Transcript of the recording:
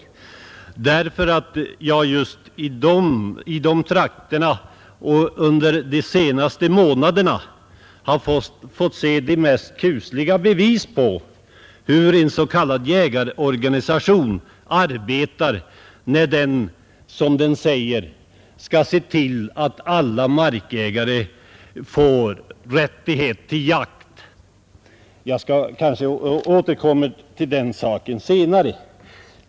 Just i de trakterna har jag under de 10 meis 1971 SEnASte månaderna fått 36 de mest Kusliga | bevis på hur en s.k. Anslag ur jaktvårdsjägarorganisation arbetar när den, som den säger, skall se till att alla 0 Re - äg ni ä fonden till Jägarmarkägare får rättighet till jakt. Jag återkommer till den saken senare.